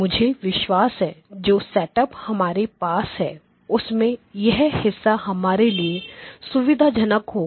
मुझे विश्वास है जो सेटअप हमारे पास है उसमें यह हिस्सा हमारे लिए सुविधाजनक होगा